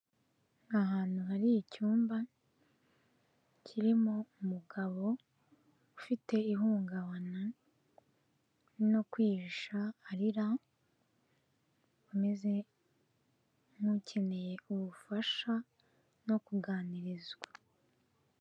Ahantu hari icyumba, kirimo umugabo ufite ihungabana, no kwihisha arira, ameze nk'ukeneye ubufasha, no kuganirizwa.